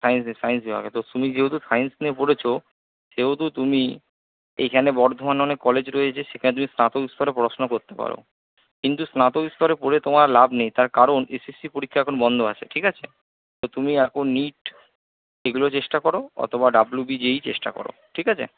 সায়েন্সে সায়েন্সই হবে তো তুমি যেহেতু সায়েন্স নিয়ে পড়েছো সেহেতু তুমি এইখানে বর্ধমানে অনেক কলেজ রয়েছে সেখানে তুমি স্নাতক স্তরে পড়াশোনা করতে পারো কিন্তু স্নাতক স্তরে পড়ে তোমার লাভ নেই তার কারণ এসএসসি পরীক্ষা এখন বন্ধ আছে ঠিক আছে তো তুমি এখন নিট এইগুলো চেষ্টা করো অথবা ডাব্লুবি চেষ্টা করো ঠিক আছে